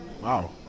Wow